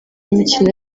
imikino